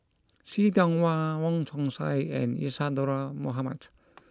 See Tiong Wah Wong Chong Sai and Isadhora Mohamed